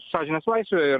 sąžinės laisvė ir